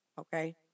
Okay